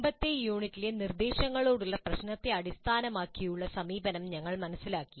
മുമ്പത്തെ യൂണിറ്റിലെ നിർദ്ദേശങ്ങളോടുള്ള പ്രശ്നത്തെ അടിസ്ഥാനമാക്കിയുള്ള സമീപനം ഞങ്ങൾ മനസ്സിലാക്കി